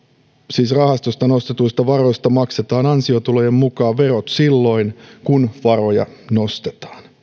rahastosta nostetuista varoista maksetaan ansiotulojen mukaan verot silloin kun varoja nostetaan tämä